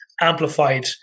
amplified